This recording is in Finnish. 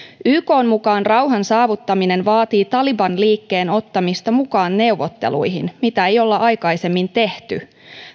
ykn mukaan rauhan saavuttaminen vaatii taliban liikkeen ottamista neuvotteluihin mitä ei ole aikaisemmin tehty